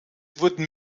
wurden